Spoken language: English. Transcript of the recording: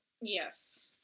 Yes